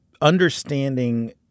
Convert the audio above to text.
understanding